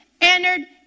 entered